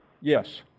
Yes